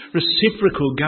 reciprocal